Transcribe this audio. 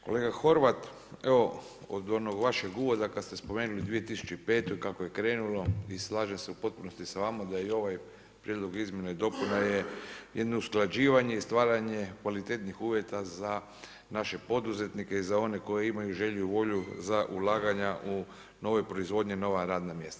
Kolega Horvat, evo od onog vašeg uvoda, kad ste spomenuli 2005. kako je krenulo i slažem se u potpunosti s vama da je ovaj prijedlog izmjena, dopuna je jedno usklađivanje i stvaranje kvalitetnijih uvjeta, za naše poduzetnike i za one koji imaju želju i volju za ulaganja u novoj proizvodnji i nova radna mjesta.